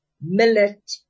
millet